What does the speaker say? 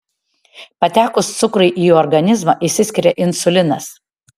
patekus cukrui į organizmą išsiskiria insulinas